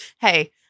Hey